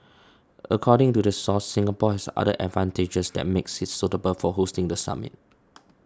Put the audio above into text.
according to the source Singapore has other advantages that makes it suitable for hosting the summit